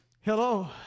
Hello